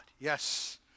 Yes